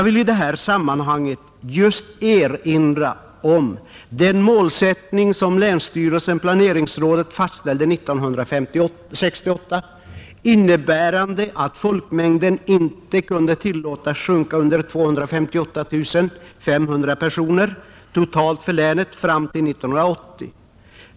I detta sammanhang vill jag erinra om den målsättning som länsstyrelsen och planeringsrådet fastställde 1968 och som innebar att folkmängden inte kunde tillåtas sjunka under 258 500 personer totalt för länet fram till 1980.